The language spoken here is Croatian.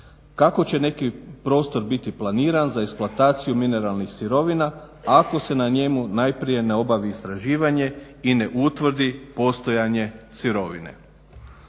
Kako će neki prostor biti planiran za eksploataciju mineralnih sirovina ako se na njemu najprije ne obavi istraživanje i ne utvrdi postojanje sirovine.